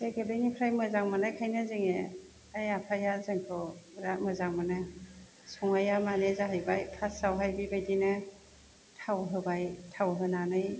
बे गोदोनिफ्राय मोजां मोननायखायनो जोङो आइ आफाया जोंखौ बिराद मोजां मोनो संनाया माने जाहैबाय फार्सआवहाय बेबायदिनो थाव होबाय थाव होनानै